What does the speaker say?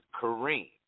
Kareem